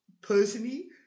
Personally